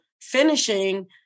finishing